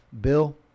Bill